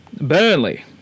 Burnley